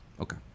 Okay